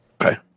Okay